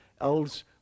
else